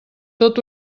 tot